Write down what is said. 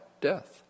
death